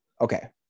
Okay